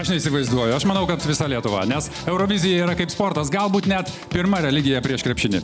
aš neįsivaizduoju aš manau kad visa lietuva nes eurovizija yra kaip sportas galbūt net pirma religija prieš krepšinį